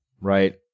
right